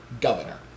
governor